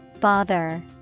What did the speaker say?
Bother